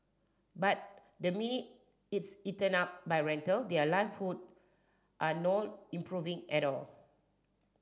but the minute it's eaten up by rental their livelihood are not improving at all